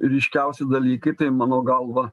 ryškiausi dalykai tai mano galva